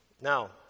Now